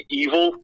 evil